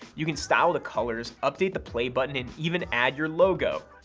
you can style the colors, update the play button, and even add your logo!